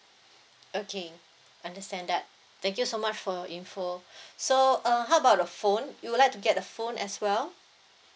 okay understand that thank you so much for your info so uh how about the phone you would like to get a phone as well